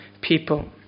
people